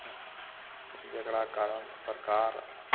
हँ जेकरा कारण सरकार